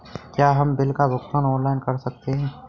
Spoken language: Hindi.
क्या हम बिल का भुगतान ऑनलाइन कर सकते हैं?